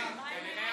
(קוראת